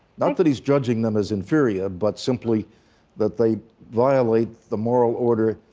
not that he's judging them as inferior, but simply that they violate the moral order,